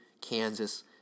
Kansas